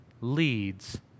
leads